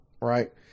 right